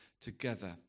together